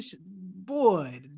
boy